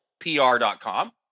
pr.com